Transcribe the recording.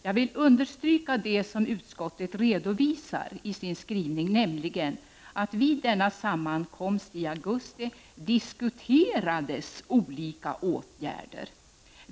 Jag vill understryka det som utskottet redovisar i sin skrivning, nämligen att deltagarna ”vid en sammankomst i augusti 1989 diskuterat olika åtgärder”.